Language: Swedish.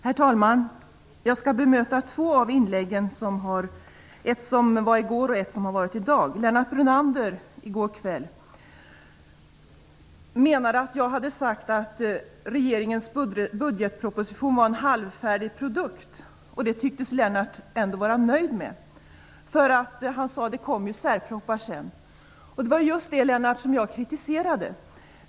Herr talman! Jag skall bemöta två inlägg, ett från i går och ett från i dag. Lennart Brunander påstod i går kväll att jag hade sagt att regeringens budgetproposition var en halvfärdig produkt. Själv tycks dock Lennart Brunander vara nöjd, eftersom det, som han sade, kommer särpropositioner senare. Men det var just det som jag kritiserade.